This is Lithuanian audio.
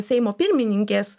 seimo pirmininkės